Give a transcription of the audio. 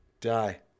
Die